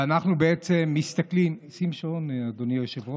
ואנחנו בעצם מסתכלים, שים שעון, אדוני היושב-ראש,